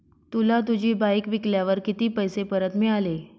तुला तुझी बाईक विकल्यावर किती पैसे परत मिळाले?